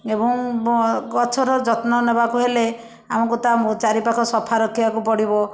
ଏବଂ ବ ଗଛର ଯତ୍ନ ନେବାକୁ ହେଲେ ଆମକୁ ତା ମୁ ଚାରିପାଖ ସଫା ରଖିବାକୁ ପଡ଼ିବ